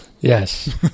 Yes